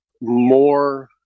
more